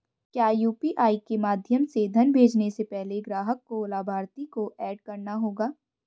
क्या यू.पी.आई के माध्यम से धन भेजने से पहले ग्राहक को लाभार्थी को एड करना होगा?